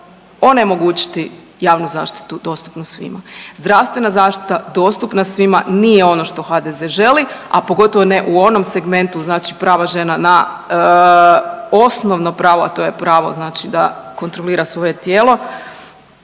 onemogućiti javnu zaštitu dostupnu svima. Zdravstvena zaštita dostupna svima nije ono što HDZ želi, a pogotovo ne u onom segmentu znači prava žena na osnovno pravo, a to je pravo znači da kontrolira svoje tijelo